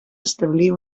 establir